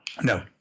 No